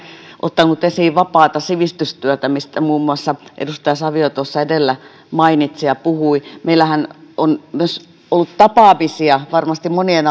ottanut esiin vapaata sivistystyötä mistä muun muassa edustaja savio edellä mainitsi ja puhui meillähän on ollut tapaamisia varmasti monien